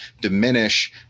diminish